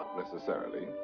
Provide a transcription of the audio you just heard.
necessarily.